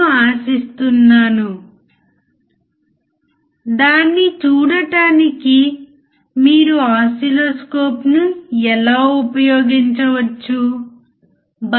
ఇది అవుట్పుట్ వలె అదే వోల్టేజ్ కలిగి ఉంటుంది